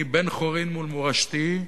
אני בן-חורין מול מורשתי,